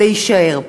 להישאר,